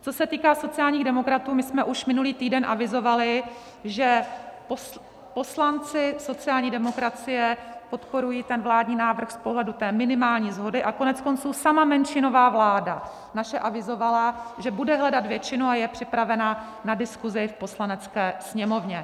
Co se týká sociálních demokratů, my jsme už minulý týden avizovali, že poslanci sociální demokracie podporují ten vládní návrh z pohledu minimální shody, a koneckonců sama naše menšinová vláda avizovala, že bude hledat většinu a je připravena na diskusi v Poslanecké sněmovně.